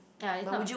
ya it's not